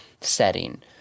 setting